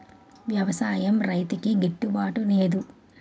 వ్యవసాయం రైతుకి గిట్టు బాటునేదు